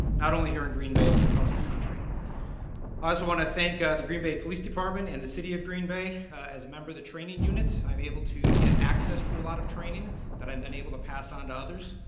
not only here in green bay but across the country. i also want to thank the green bay police department and the city of green bay. as a member of the training unit, i am able to get access to a lot of training that i am then able to pass onto others.